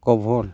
गबर